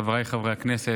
חבריי חברי הכנסת,